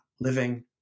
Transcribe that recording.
living